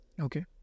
Okay